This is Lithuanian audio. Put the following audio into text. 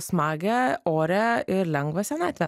smagią orią ir lengvą senatvę